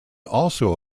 also